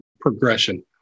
progression